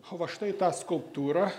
o va štai tą skulptūrą